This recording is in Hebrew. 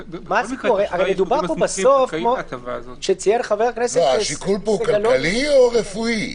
הרי מדובר פה בסוף- - השיקול פה הוא כלכי או רפואי?